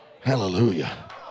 Hallelujah